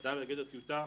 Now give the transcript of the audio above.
זה עדיין בגדר טיוטה.